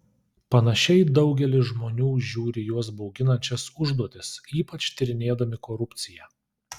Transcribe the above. panašiai daugelis žmonių žiūri į juos bauginančias užduotis ypač tyrinėdami korupciją